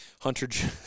Hunter